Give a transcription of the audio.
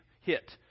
hit